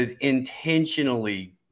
intentionally